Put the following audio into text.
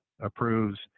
approves